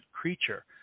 creature